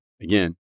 Again